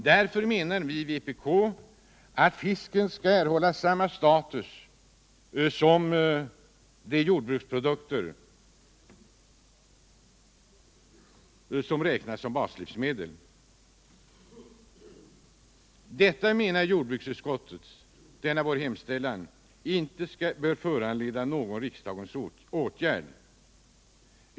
Därför menar vii vpk att fisken skall erhålla samma status som de jordbruksprodukter som räknas som baslivsmedel. Denna vår hemställan menar utskottet inte bör föranleda någon riksdagens åtgärd.